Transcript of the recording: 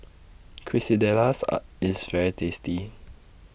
Quesadillas IS very tasty